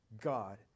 God